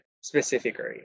specifically